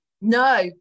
No